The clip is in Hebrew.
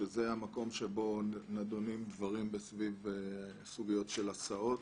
שזה המקום שבו נדונים דברים סביב סוגיות של הסעות.